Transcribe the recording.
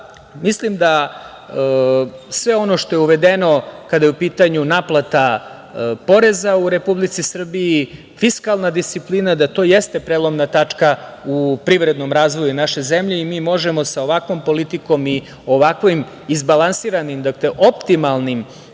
mislim da sve ono što je uvedeno kada je u pitanju naplata poreza u Republici Srbiji i fiskalna disciplina, da to jeste prelomna tačka u privrednom razvoju naše zemlje i možemo sa ovakvom politikom i ovako izbalansiranim, optimalnim